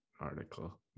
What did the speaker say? article